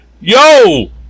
yo